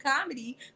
comedy